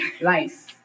life